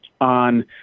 on